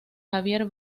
javier